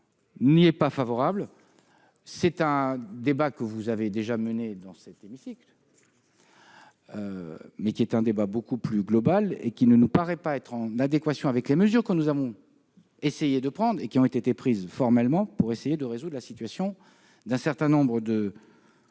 n'y est pas favorable. C'est un débat que vous avez déjà mené dans cet hémicycle, mais qui est beaucoup plus global. Il ne nous paraît pas en adéquation avec les mesures que nous avons essayé de prendre et qui ont été prises formellement pour tenter de résoudre la situation d'un certain nombre de